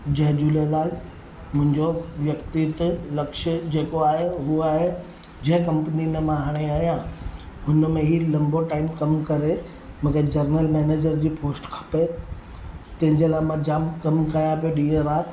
जय झूलेलाल मुंहिंजो व्यकितीति लक्ष्य जेको आहे हू आहे जंहिं कंपनी में मां हाणे आहियां हुनि में ई लम्बो टाइम कमु करे मूंखे जरनल मैनेजर जी पोस्ट खपे तंहिंजे लाइ मां जामु कमु कयां पियो ॾींहुं राति